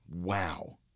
Wow